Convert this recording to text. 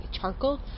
Charcoal